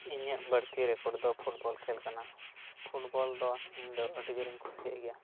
ᱤᱧᱟᱹᱜ ᱵᱟᱹᱲᱛᱤ ᱨᱮᱠᱚᱨᱰ ᱫᱚ ᱯᱷᱩᱴᱵᱚᱞ ᱠᱷᱮᱞ ᱠᱟᱱᱟ ᱯᱷᱩᱴᱵᱚᱞ ᱫᱚ ᱤᱧ ᱫᱚ ᱟᱹᱰᱤ ᱡᱳᱨ ᱤᱧ ᱠᱩᱥᱤᱭᱟᱜ ᱜᱮᱭᱟ